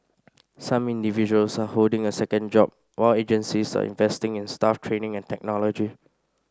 some individuals are holding a second job while agencies are investing in staff training and technology